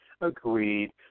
agreed